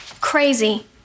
Crazy